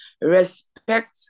Respect